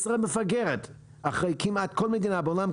ישראל מפגרת אחרי כמעט כל מדינה בעולם,